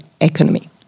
economy